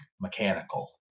mechanical